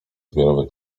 zbiorowy